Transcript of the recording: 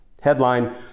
headline